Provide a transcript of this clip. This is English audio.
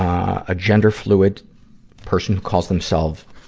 um a gender-fluid person who calls themself,